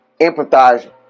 empathize